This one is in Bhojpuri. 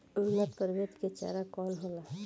उन्नत प्रभेद के चारा कौन होला?